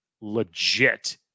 legit